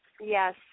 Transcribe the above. Yes